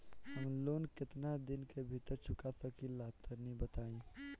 हम लोन केतना दिन के भीतर चुका सकिला तनि बताईं?